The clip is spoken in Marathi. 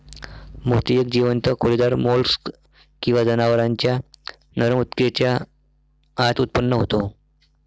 मोती एक जीवंत खोलीदार मोल्स्क किंवा जनावरांच्या नरम ऊतकेच्या आत उत्पन्न होतो